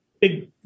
big